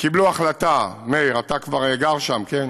קיבלו החלטה, מאיר, אתה כבר גר שם, כן,